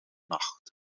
nacht